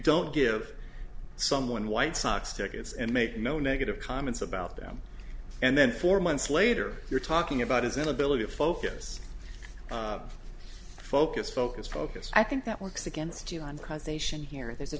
don't give someone white sox tickets and make no negative comments about them and then four months later you're talking about his inability to focus focus focus focus i think that works against you on causation here th